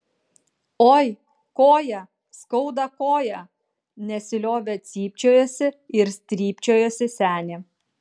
oi koją skauda koją nesiliovė cypčiojusi ir stypčiojusi senė